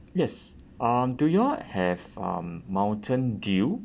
yes um do y'all have um mountain dew